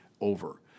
over